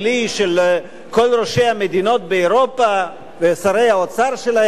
של כל ראשי המדינות באירופה ושרי האוצר שלהן?